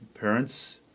parents